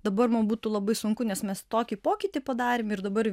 dabar mum būtų labai sunku nes mes tokį pokytį padarėm ir dabar